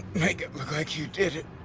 make it look like you did it.